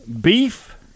Beef